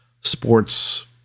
sports